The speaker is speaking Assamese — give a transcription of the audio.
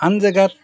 আন জেগাত